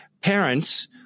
parents